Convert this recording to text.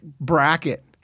bracket